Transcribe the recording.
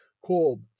called